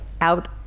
out